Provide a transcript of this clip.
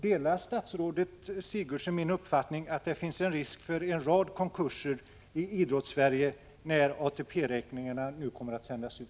Delar statsrådet Sigurdsen min uppfattning att det finns en risk för en rad konkurser i Idrottssverige när ATP-räkningarna nu kommer att sändas ut?